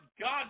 God